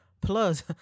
Plus